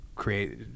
create